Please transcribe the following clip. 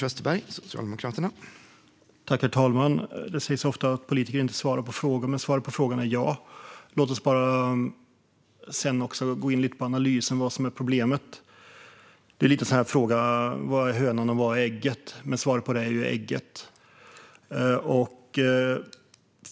Herr talman! Det sägs ofta att politiker inte svarar på frågor, men svaret på frågan är ja. Låt oss bara gå in lite på analysen av vad som är problemet. Det är lite grann en fråga om vad som är hönan och vad som är ägget. Svaret på det är ägget.